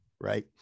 right